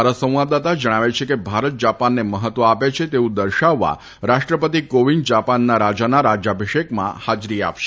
અમારા સંવાદદાતા જણાવે છે કે ભારત જાપાનને મહત્વ આપે છે તેવુ દર્શાવવા રાષ્ટ્રપતિ કોવિંદ જાપાનના રાજાના રાજયાભિષેકમાં હાજરી આપશે